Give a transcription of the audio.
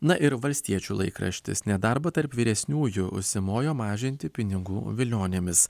na ir valstiečių laikraštis nedarbą tarp vyresniųjų užsimojo mažinti pinigų vilionėmis